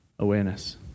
awareness